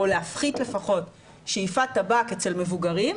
להפחית לפחות שאיפת טבק אצל מבוגרים,